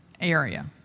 area